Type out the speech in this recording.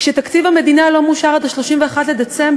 כשתקציב המדינה לא מאושר עד 31 בדצמבר,